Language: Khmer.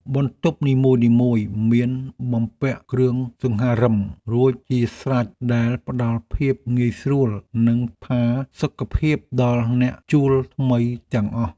បន្ទប់នីមួយៗមានបំពាក់គ្រឿងសង្ហារិមរួចជាស្រេចដែលផ្តល់ភាពងាយស្រួល និងផាសុកភាពដល់អ្នកជួលថ្មីទាំងអស់។